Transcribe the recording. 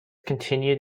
continued